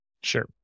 Sure